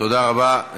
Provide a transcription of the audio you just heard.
תודה רבה.